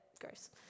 gross